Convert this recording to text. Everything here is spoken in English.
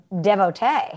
devotee